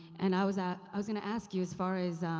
and i was at, i was gonna ask you, as far as